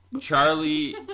Charlie